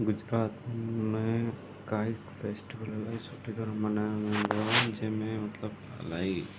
गुजरात में kite festival इलाही सुठी तरह मल्हायो वेंदो आहे जंहिंमें मतिलबु इलाही